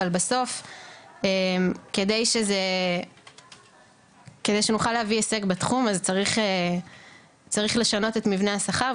אבל בסוף כדי שנוכל להביא הישג בתחום אז צריך לשנות את מבנה השכר,